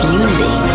unity